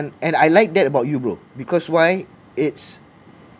and I like that about you bro because why it's